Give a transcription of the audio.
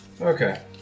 Okay